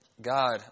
God